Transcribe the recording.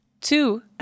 Two